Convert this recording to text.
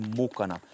mukana